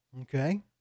Okay